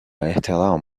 احترام